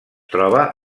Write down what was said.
troba